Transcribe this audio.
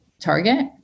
target